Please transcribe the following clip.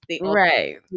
Right